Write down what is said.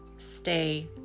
stay